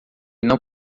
não